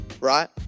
right